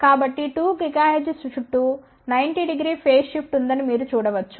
కాబట్టి 2 GHz చుట్టూ 900ఫేజ్ షిఫ్ట్ ఉందని మీరు చూడవచ్చు